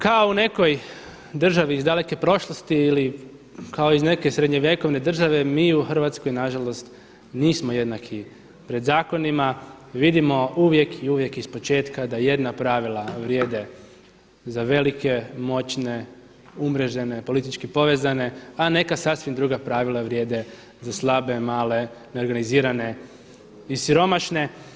Kao u nekoj državi iz daleke prošlosti ili kao iz neke srednjovjekovne države mi u Hrvatskoj nažalost nismo jednaki pred zakonima, vidimo uvijek i uvijek iz početaka da jedna pravila vrijede za velike moćne, umrežene, politički povezane, a neka sasvim druga pravila vrijede za slabe, male, neorganizirane i siromašne.